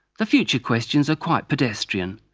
the future questions are quite pedestrian,